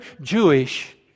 Jewish